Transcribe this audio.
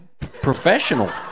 professional